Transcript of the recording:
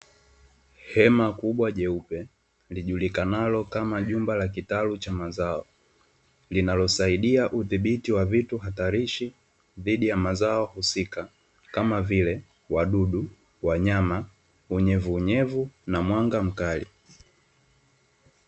Hema kubwa jeupe, lijulikanano kama jumba la kitalu cha mazao, linalosaidia udhibiti wa vitu hatarishi dhidi ya mazao husika, kama vile wadudu, wanyama, unyevuuvyevu na mwanga mkali.